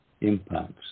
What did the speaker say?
impacts